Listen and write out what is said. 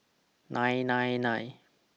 nine nine nine